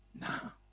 now